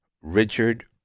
Richard